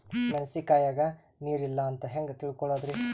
ಮೆಣಸಿನಕಾಯಗ ನೀರ್ ಇಲ್ಲ ಅಂತ ಹೆಂಗ್ ತಿಳಕೋಳದರಿ?